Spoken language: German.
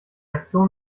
aktion